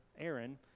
Aaron